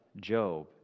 Job